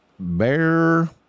Bear